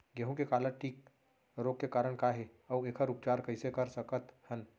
गेहूँ के काला टिक रोग के कारण का हे अऊ एखर उपचार कइसे कर सकत हन?